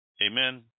Amen